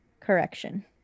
Correction